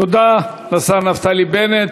תודה לשר נפתלי בנט.